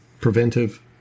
preventive